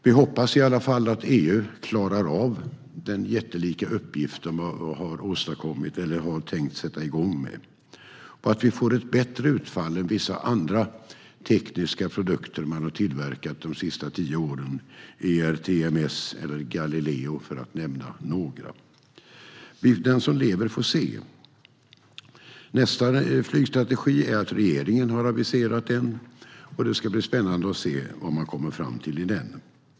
Vi hoppas att EU klarar av den jättelika uppgift som man har tänkt sätta igång med och att vi får ett bättre utfall än med vissa andra tekniska produkter som man har tillverkat de senaste tio åren, som ERTMS och Galileo, för att nämna några. Den som lever får se. Nästa flygstrategi är en som regeringen har aviserat. Det ska bli spännande att se vad man kommer fram till i den.